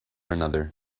another